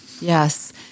Yes